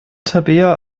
tabea